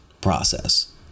process